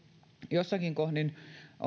jossakin kohdin